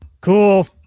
cool